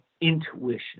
intuition